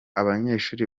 abanyeshuri